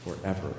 forever